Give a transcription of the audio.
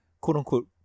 quote-unquote